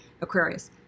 Aquarius